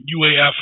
uaf